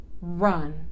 run